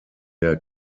der